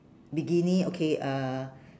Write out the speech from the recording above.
bikini okay uh